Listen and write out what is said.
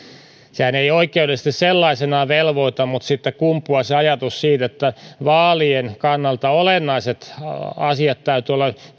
sehän ei oikeudellisesti sellaisenaan velvoita mutta siitä kumpuaa ajatus siitä että vaalien kannalta olennaiset asiat täytyy olla